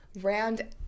round